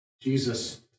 Jesus